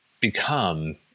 become